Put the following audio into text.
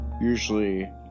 usually